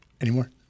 anymore